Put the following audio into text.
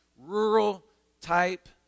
rural-type